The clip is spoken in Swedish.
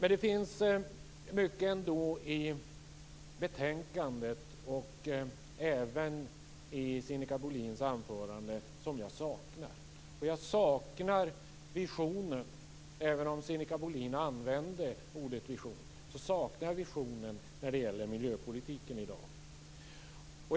Men det finns ändå mycket i betänkandet och även i Sinikka Bohlins anförande som jag saknar. Jag saknar visioner, även om Sinikka Bohlin använde ordet vision, när det gäller miljöpolitiken i dag.